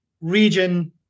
Region